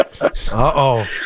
Uh-oh